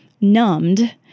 numbed